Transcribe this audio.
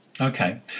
Okay